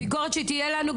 הביקורת שתהיה לנו,